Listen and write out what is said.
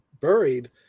buried